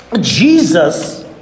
Jesus